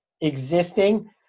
existing